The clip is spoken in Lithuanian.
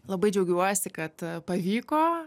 labai džiaugiuosi kad pavyko